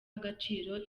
agaciro